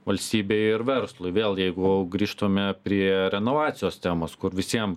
valstybei ir verslui vėl jeigu grįžtume prie renovacijos temos kur visiem